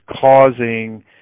causing